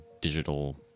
digital